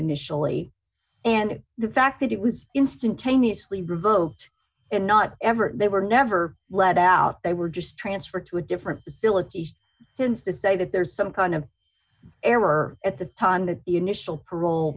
initially and the fact that it was instantaneously revoked and not ever they were never led out they were just transferred to a different facilities since to say that there's some kind of error at the time the initial parole